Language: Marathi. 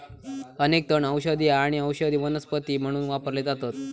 अनेक तण औषधी आणि औषधी वनस्पती म्हणून वापरले जातत